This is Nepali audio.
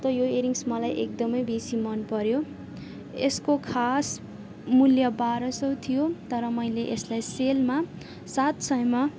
त यो एयररिङ्स मलाई एकदमै बेसी मनपऱ्यो यसको खास मूल्य बाह्र सय थियो तर मैले यसलाई सेलमा सात सयमा